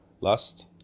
lust